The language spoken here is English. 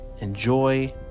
enjoy